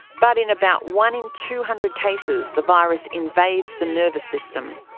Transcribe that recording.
but in about one in two hundred cases the virus invades the nervous system,